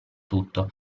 tutto